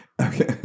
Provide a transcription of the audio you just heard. Okay